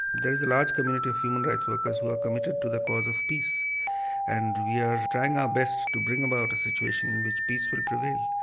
there is a large community of human rights workers who are committed to the cause of peace and we are trying our best to bring about a situation in which peace will prevail.